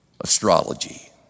astrology